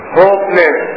hopeless